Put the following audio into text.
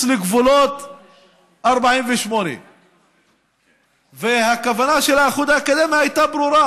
לגבולות 48'. הכוונה של האיחוד האירופי הייתה ברורה: